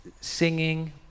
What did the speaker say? singing